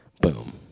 Boom